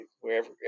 wherever